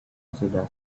sudah